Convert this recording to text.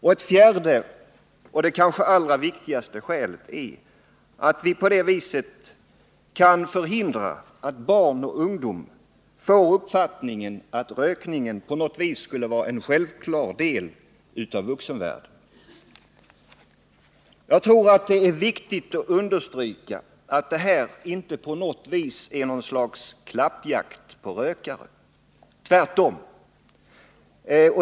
Det fjärde och kanske allra viktigaste skälet är att vi på det viset kan förhindra att barn och ungdom får uppfattningen att rökningen skulle vara en självklar del av vuxenvärlden. Jag tror att det är viktigt att understryka att det här inte på något vis är något slags klappjakt på rökare; tvärtom.